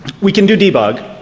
we can do debug,